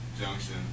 Junction